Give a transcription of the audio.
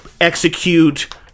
execute